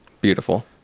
beautiful